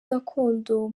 gakondo